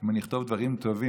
אם אני אכתוב דברים טובים,